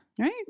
right